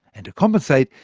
and to compensate,